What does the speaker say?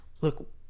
look